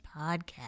Podcast